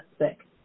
sick